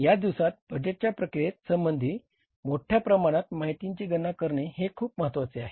या दिवसात बजेट प्रक्रियेच्या संबंधी मोठ्या प्रमाणात माहीतींची गणना करणे हे खूप महत्वाचे आहे